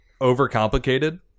overcomplicated